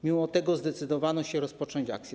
Mimo to zdecydowano się rozpocząć akcję.